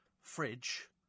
fridge